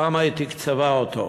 בכמה היא תקצבה אותו?